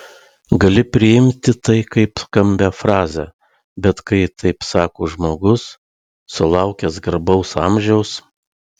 gali priimti tai kaip skambią frazę bet kai taip sako žmogus sulaukęs garbaus amžiaus